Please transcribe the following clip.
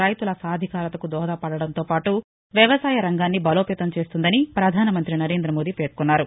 రైతుల సాధికారితకు దోహదపడటంతో పాటు వ్యవసాయ రంగాన్ని బలోపేతం చేస్తుందని ప్రపధాన మంగ్రి నరేంద్ర మోదీ పేర్కొన్నారు